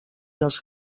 dels